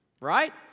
right